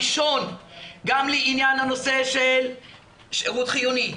הראשון שנקרא לדגל גם לעניין הנושא של שירות חיוני,